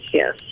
yes